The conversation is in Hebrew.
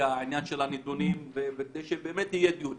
העניין של הנתונים כדי שבאמת יהיה דיון.